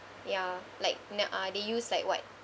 ya like n~ uh they use like what